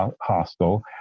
hostel